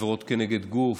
עבירות כנגד גוף,